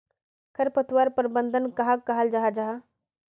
खरपतवार प्रबंधन कहाक कहाल जाहा जाहा?